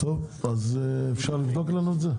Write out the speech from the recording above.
טוב אז אפשר לבדוק לנו את זה?